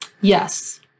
Yes